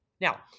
Now